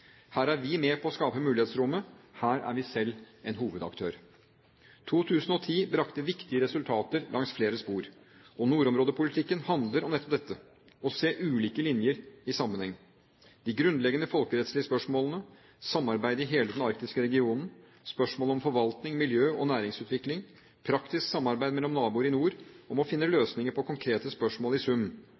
Her er vi med på å skape mulighetsrommet. Her er vi selv en hovedaktør. 2010 brakte viktige resultater langs flere spor, og nordområdepolitikken handler om nettopp dette – å se ulike linjer i sammenheng: de grunnleggende folkerettslige spørsmålene, samarbeidet i hele den arktiske regionen, spørsmål om forvaltning, miljø og næringsutvikling, praktisk samarbeid mellom naboer i nord om å finne løsninger på konkrete spørsmål. I sum: